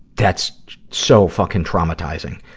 that's so fucking traumatizing.